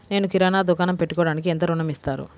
నేను కిరాణా దుకాణం పెట్టుకోడానికి ఎంత ఋణం ఇస్తారు?